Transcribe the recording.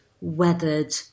weathered